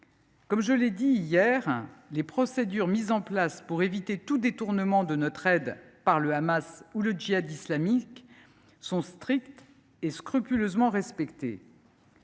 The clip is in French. Comme je l’ai dit hier, les procédures mises en place pour éviter tout détournement de notre aide par le Hamas ou le Djihad islamique sont strictes et scrupuleusement respectées.